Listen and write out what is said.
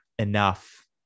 enough